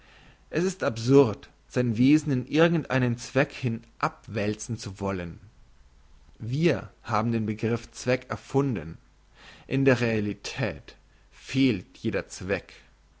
es ist absurd sein wesen in irgend einen zweck hin abwälzen zu wollen wir haben den begriff zweck erfunden in der realität fehlt der zweck